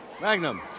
Magnum